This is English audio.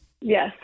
yes